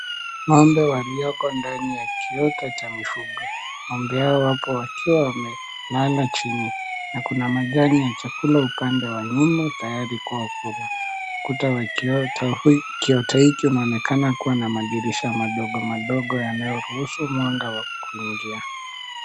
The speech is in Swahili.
Ng'ombe walioko ndani ya kiota cha mifugo. Ng'ombe hao wapo wakiwa wamelala chini na kuna majani ya chakula upande wa nyuma tayari kwa kula. Ukuta wa kiota hiki unaonekana kuwa na madirisha madogo madogo yanayoruhusu mwanga wa kuingia.